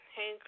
Hey